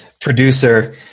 producer